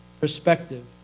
perspective